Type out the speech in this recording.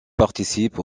participe